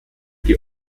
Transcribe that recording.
die